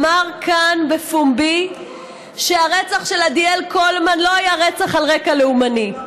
אמר כאן בפומבי שהרצח של עדיאל קולמן לא היה רצח על רקע לאומני.